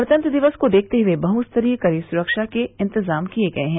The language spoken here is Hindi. गणतंत्र दिवस को देखते हुए बहुस्तरीय कड़ी सुरक्षा के इंतजाम किए गये हैं